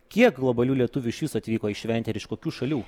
kiek globalių lietuvių iš viso atvyko į šventę ir iš kokių šalių